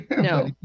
No